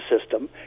system